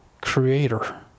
creator